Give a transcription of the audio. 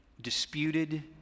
disputed